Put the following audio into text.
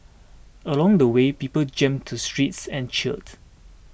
along the way people jammed the streets and cheered